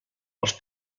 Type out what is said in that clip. els